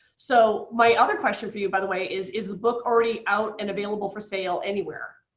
so, my other question for you, by the way, is is the book already out and available for sale anywhere?